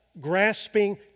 grasping